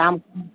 दाम